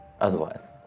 otherwise